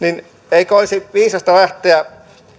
eikö olisi viisasta lähteä